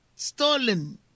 Stolen